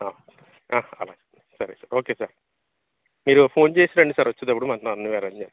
అలాగే సరే sir okay sir మీరు ఫోన్ చేసి రండి సార్ వచ్చేటప్పుడు మొత్తం అన్ని అరేంజ్ చేస్తాను